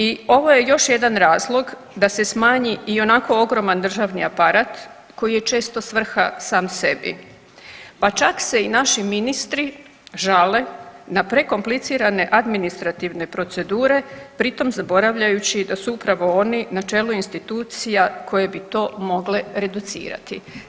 I ovo je još jedan razlog da se smanji ionako ogroman državni aparat koji je često svrha sam sebi, pa čak se i naši ministri žale na prekomplicirane administrativne procedure, pri tom zaboravljajući da su upravo oni na čelu institucija koje bi to mogle reducirati.